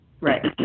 Right